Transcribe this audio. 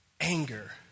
anger